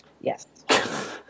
Yes